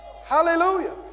Hallelujah